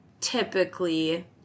typically